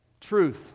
Truth